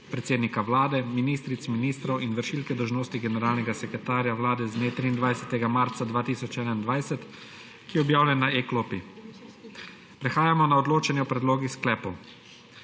predsednika Vlade, ministric, ministrov in vršilke dolžnosti generalnega sekretarja Vlade z dne 23. marca 2021, ki je objavljen na e-klopi. Prehajamo na odločanje o predlogih sklepov.